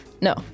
No